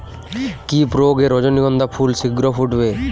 কি প্রয়োগে রজনীগন্ধা ফুল শিঘ্র ফুটবে?